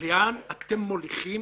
לאן אתם מוליכים